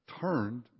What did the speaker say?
turned